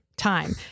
time